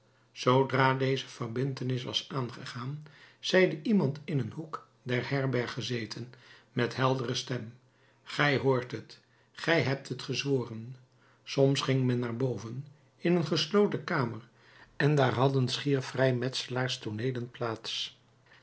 zoodra deze verbintenis was aangegaan zeide iemand in een hoek der herberg gezeten met heldere stem gij hoort het gij hebt het gezworen soms ging men naar boven in een gesloten kamer en daar hadden schier vrijmetselaars tooneelen plaats